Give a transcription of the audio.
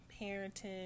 parenting